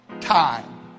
time